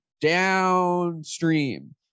downstream